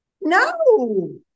No